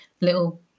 little